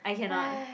I cannot